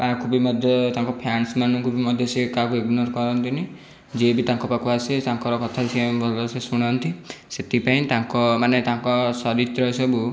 ତାଙ୍କୁ ବି ମଧ୍ୟ ତାଙ୍କ ଫ୍ୟାନ୍ସ ମାନଙ୍କୁ ବି ମଧ୍ୟ ସେ କାହାକୁ ଇଗ୍ନୋର୍ କରନ୍ତିନି ଯିଏ ବି ତାଙ୍କ ପାଖକୁ ଆସେ ତାଙ୍କର କଥା ସେ ଭଲ ସେ ଶୁଣନ୍ତି ସେଥିପାଇଁ ତାଙ୍କ ମାନେ ତାଙ୍କ ଚରିତ୍ର ସବୁ